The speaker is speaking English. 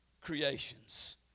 creations